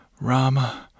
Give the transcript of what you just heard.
Rama